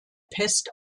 pest